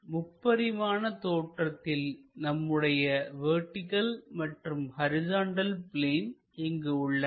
முப்பரிமான தோற்றத்தில் நம்முடைய வெர்டிகள் மற்றும் ஹரிசாண்டல் பிளேன் இங்கு உள்ளன